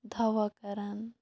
دوا کَران